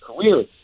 career